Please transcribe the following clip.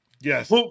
Yes